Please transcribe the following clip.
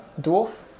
Dwarf